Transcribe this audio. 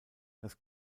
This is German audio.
das